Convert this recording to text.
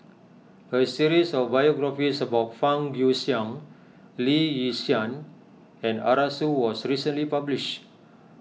a series of biographies about Fang Guixiang Lee Yi Shyan and Arasu was recently published